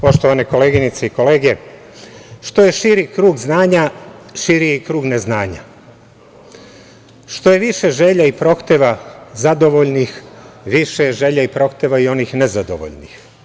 Poštovane koleginice i kolege, što je širi krug znanja, širi je i krug neznanja, što je više želja i prohteva zadovoljnih, više je želja i prohteva onih nezadovoljnih.